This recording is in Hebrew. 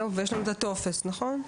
ויש לנו הטופס, נכון?